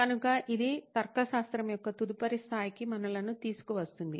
కనుక ఇది తర్కశాస్త్రం యొక్క తదుపరి స్థాయికి మనలను తీసుకువస్తుంది